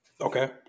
Okay